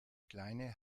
kleine